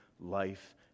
life